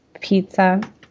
Pizza